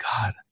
God